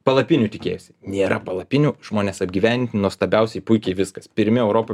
palapinių tikėjosi nėra palapinių žmonės apgyventi nuostabiausiai puikiai viskas pirmi europoj